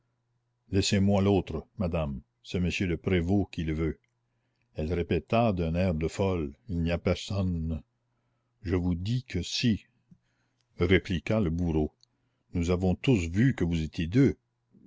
laissez-moi l'autre madame c'est monsieur le prévôt qui le veut elle répéta d'un air de folie il n'y a personne je vous dis que si répliqua le bourreau nous avons tous vu que vous étiez deux